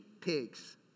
pigs